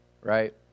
right